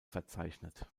verzeichnet